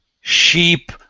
sheep